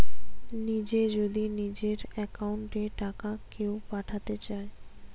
নিজে যদি নিজের একাউন্ট এ টাকা কেও পাঠাতে চায়